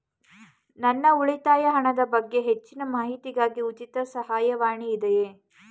ನನ್ನ ಉಳಿತಾಯ ಹಣದ ಬಗ್ಗೆ ಹೆಚ್ಚಿನ ಮಾಹಿತಿಗಾಗಿ ಉಚಿತ ಸಹಾಯವಾಣಿ ಇದೆಯೇ?